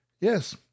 Yes